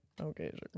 Okay